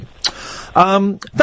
thank